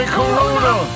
corona